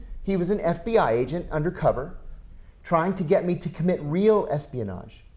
he was an fbi agent undercover trying to get me to commit real espionage.